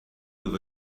with